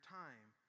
time